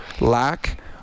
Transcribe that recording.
lack